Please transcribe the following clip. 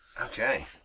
Okay